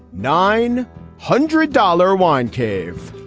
nine hundred dollar wine cave.